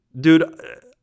Dude